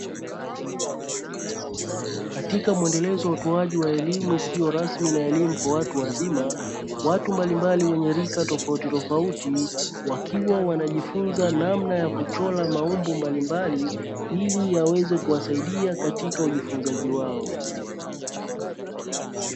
Katika mwendelezo wa utolewaji wa elimu isiyo rasmi na elimu kwa watu wazima, watu mbalimbali wenye rika tofautitofauti wakiwa wanajifunza namna ya kuchora maumbo mbalimbali ili yaweze kuwasaidia katika ujifunzaji wao.